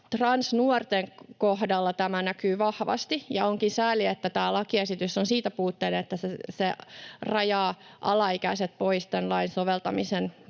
transnuorten kohdalla tämä näkyy vahvasti, ja onkin sääli, että tämä lakiesitys on siitä puutteellinen, että se rajaa alaikäiset pois tämän lain soveltamisen